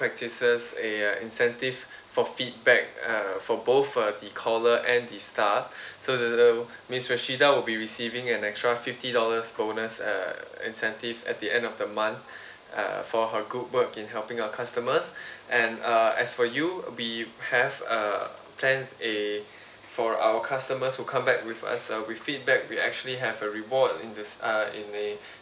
practises a incentive for feedback uh for both uh the caller and the staff so the the miss rashidah will be receiving an extra fifty dollars bonus uh incentive at the end of the month uh for her good work in helping our customers and uh as for you we have uh plan a for our customers who come back with us uh with feedback we actually have a reward in this uh in the